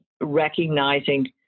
recognizing